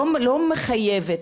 לא מחייבת,